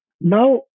Now